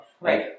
Right